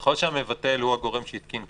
ככול שהמבטל הוא הגורם שהתקין,